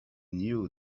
knew